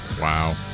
Wow